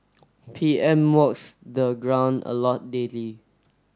P M walks the ground a lot daily